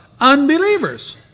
unbelievers